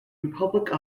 republic